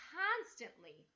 constantly